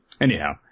Anyhow